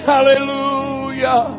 Hallelujah